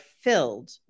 filled